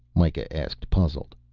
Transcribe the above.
mikah asked, puzzled.